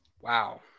Wow